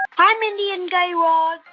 hi, mindy and guy raz.